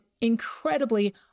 incredibly